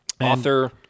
Author